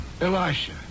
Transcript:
Elisha